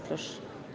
Proszę.